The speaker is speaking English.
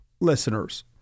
listeners